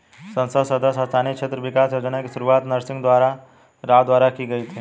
संसद सदस्य स्थानीय क्षेत्र विकास योजना की शुरुआत नरसिंह राव द्वारा की गई थी